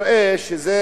בבקשה.